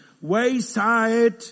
wayside